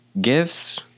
gifts